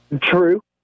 True